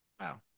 Wow